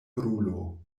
brulo